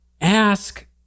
ask